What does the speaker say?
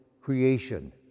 creation